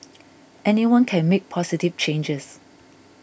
anyone can make positive changes